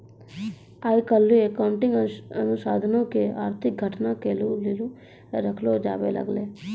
आइ काल्हि अकाउंटिंग अनुसन्धानो के आर्थिक घटना के लेली रखलो जाबै लागलै